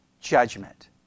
judgment